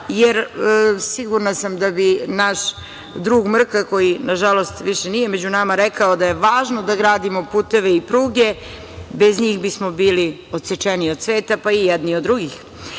jer, sigurna sam, da bi naš drug Mrka, koji nažalost više nije među nama, rekao da je važno da gradimo puteve i pruge, bez njih bismo bili odsečeni od sveta, pa i jedni od drugih. Upravo